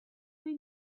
may